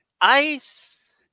ice